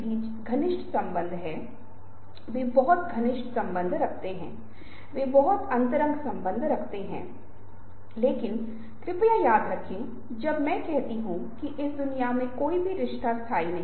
संभवतः इस प्रश्न का उत्तर देना बहुत आसान नहीं होगा क्योंकि जाहिर है जिस वस्तु को आपने देखा था वह वस्तु न तो उत्तल थी और न ही अवतल वे एक सादे सतह पर थीं और वे तस्वीरें या वस्तुये थीं जिन को आपने देखा था वे एक सादे सतह पर एक तस्वीर के अंदर थीं